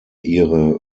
ihre